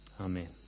Amen